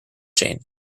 jane